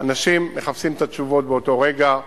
אנשים מחפשים את התשובות באותו רגע.